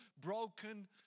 broken